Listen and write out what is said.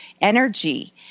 energy